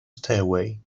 stairway